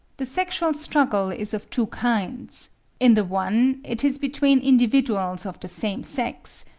the sexual struggle is of two kinds in the one it is between individuals of the same sex,